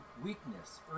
Weakness